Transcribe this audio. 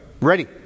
Ready